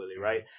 right